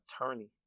attorney